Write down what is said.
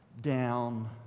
down